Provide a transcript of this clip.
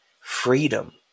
freedom